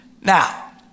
Now